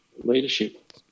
leadership